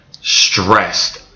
stressed